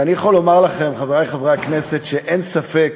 ואני יכול לומר לכם, חברי חברי הכנסת, שאין ספק,